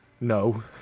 No